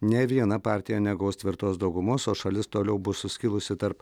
nė viena partija negaus tvirtos daugumos o šalis toliau bus suskilusi tarp